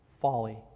folly